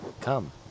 Come